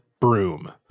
broom